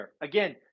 Again